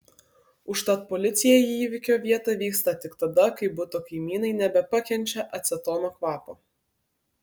užtat policija į įvykio vietą vyksta tik tada kai buto kaimynai nebepakenčia acetono kvapo